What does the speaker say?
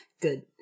Good